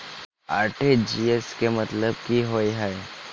RTGS केँ मतलब की होइ हय?